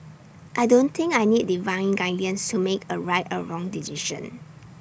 I don't think I need divine guidance to make A right or wrong decision